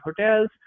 hotels